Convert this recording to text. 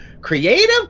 creative